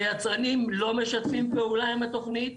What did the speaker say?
היצרנים לא משתפים פעולה עם התוכנית,